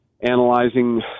analyzing